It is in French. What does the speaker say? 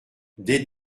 des